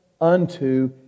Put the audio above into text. unto